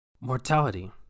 Mortality